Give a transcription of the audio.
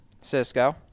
Cisco